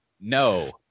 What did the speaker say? No